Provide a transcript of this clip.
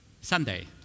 Sunday